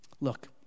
Look